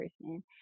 person